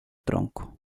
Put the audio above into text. tronco